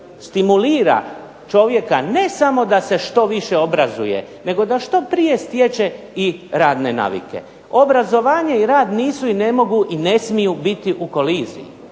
stimulira čovjeka ne samo da se što više obrazuje nego da što prije stječe i radne navike. Obrazovanje i rad nisu i ne mogu i ne smiju biti u koliziji.